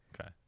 Okay